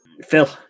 Phil